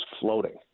floating